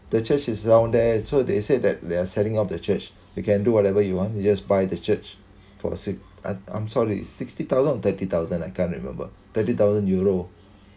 the church is down there so they said that they are setting up their church you can do whatever you want you just buy the church for six uh I'm sorry is sixty thousand or thirty thousand I can't remember thirty thousand euro